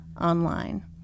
Online